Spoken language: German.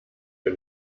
für